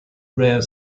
rare